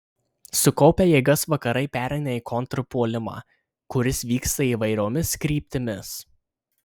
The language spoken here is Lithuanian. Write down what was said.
sukaupę jėgas vakarai pereina į kontrpuolimą kuris vyksta įvairiomis kryptimis